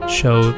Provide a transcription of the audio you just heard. show